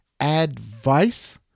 advice